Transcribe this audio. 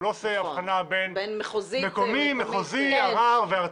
הוא לא עושה הבחנה בין מקומי, מחוזי, ערר וארצי.